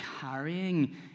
carrying